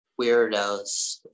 weirdos